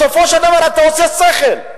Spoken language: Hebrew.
בסופו של דבר, אתה עושה שכל.